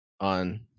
on